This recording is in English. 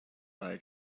eye